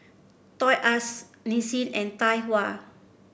Toys R Us Nissin and Tai Hua